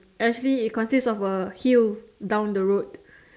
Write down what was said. actually it consists of a hill down the road